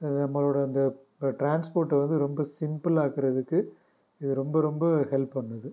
நம்மளோடய அந்த டிரான்ஸ்போர்ட்டை வந்து ரொம்ப சிம்புளாக்கிறதுக்கு இது ரொம்ப ரொம்ப ஹெல்ப் பண்ணுது